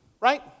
right